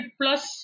plus